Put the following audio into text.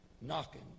knocking